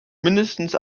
mindestens